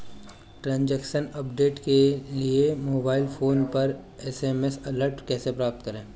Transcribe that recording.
Transaction update के लिए mobile phone पर एस.एम.एस अलर्ट कैसे प्राप्त करें?